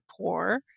poor